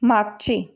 मागचे